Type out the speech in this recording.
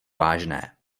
vážné